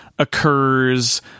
occurs